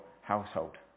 household